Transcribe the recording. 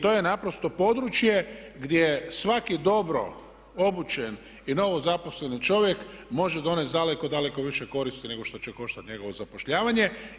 To je naprosto područje gdje svaki dobro obučen i novo zaposleni čovjek može donijeti daleko, daleko više koristi nego što će koštati njegovo zapošljavanje.